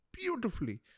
beautifully